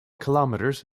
kilometers